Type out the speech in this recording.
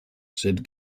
said